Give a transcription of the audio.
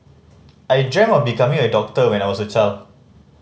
I dreamt of becoming a doctor when I was a child